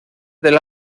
del